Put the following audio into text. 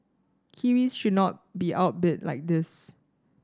kiwis should not be outbid like this